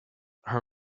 her